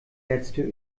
letzte